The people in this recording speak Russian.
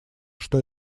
что